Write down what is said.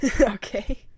Okay